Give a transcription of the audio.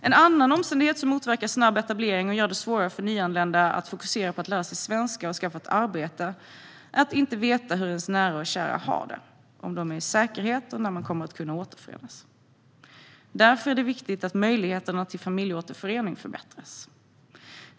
En annan omständighet som motverkar en snabb etablering och gör det svårare för nyanlända att fokusera på att lära sig svenska och skaffa ett arbete är att inte veta hur ens nära och kära har det, om de är i säkerhet och när man kommer att kunna återförenas. Det är därför viktigt att möjligheterna till familjeåterförening förbättras.